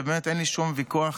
באמת אין לי שום ויכוח